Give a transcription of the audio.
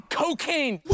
cocaine